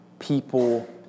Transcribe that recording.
people